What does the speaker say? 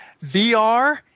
VR